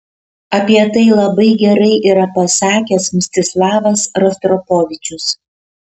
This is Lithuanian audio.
apie tai labai gerai yra pasakęs mstislavas rostropovičius